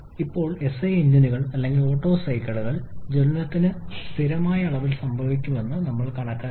ഇപ്പോൾ എസ്ഐ എഞ്ചിനുകളിൽ അല്ലെങ്കിൽ ഓട്ടോ സൈക്കിളിൽ ക്ഷമിക്കണം ജ്വലനം സ്ഥിരമായ അളവിൽ സംഭവിക്കുമെന്ന് ഞങ്ങൾ കണക്കാക്കി